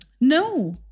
No